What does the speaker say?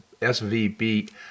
SVB